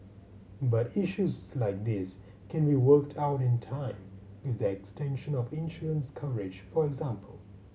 but issues like these can be worked out in time with the extension of insurance coverage for example